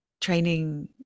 training